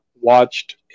watched